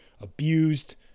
abused